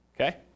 okay